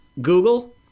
google